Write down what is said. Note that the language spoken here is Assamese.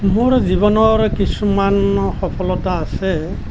মোৰ জীৱনৰ কিছুমান সফলতা আছে